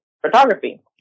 photography